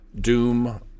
Doom